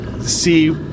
see